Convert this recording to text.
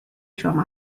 شما